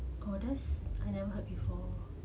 I never heard before